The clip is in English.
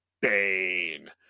bane